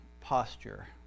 posture